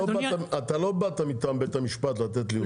אתה לא באת מטעם בית המשפט לתת לי עובדות.